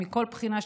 מכל בחינה שהיא,